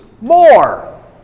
more